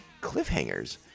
cliffhangers